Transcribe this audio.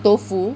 豆腐